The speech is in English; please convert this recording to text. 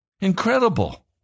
Incredible